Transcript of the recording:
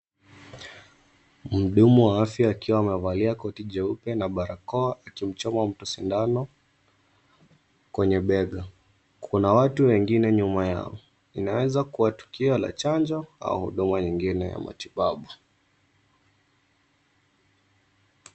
Mhudumu wa afya akiwa amevalia koti jeupe na barakoa akimchoma mtu sindano, kwenye bega. Kuna watu wengine nyuma yao. Inaweza kuwa tukio la chanjo, au huduma nyingine ya matibabu.